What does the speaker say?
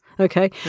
Okay